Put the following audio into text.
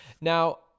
Now